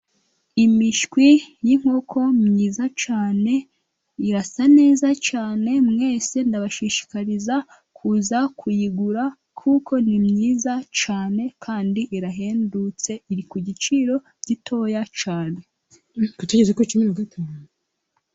Imishwi y'inkoko ni myiza cyane, irasa neza cyane, mwese ndabashishikariza kuza kuyigura, kuko ni mwyza cyane kandi irahendutse, iri ku giciro gitoya cyane.